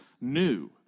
new